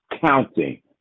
counting